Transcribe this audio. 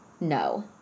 No